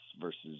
versus